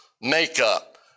makeup